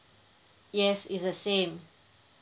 yes is a same